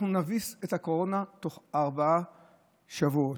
אנחנו נביס את הקורונה בתוך ארבעה שבועות.